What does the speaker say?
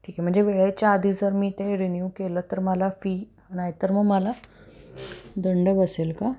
ठीक आहे म्हणजे वेळेच्या आधी जर मी ते रिन्यू केलं तर मला फी नाहीतर मग मला दंड बसेल का